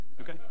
okay